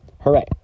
Hooray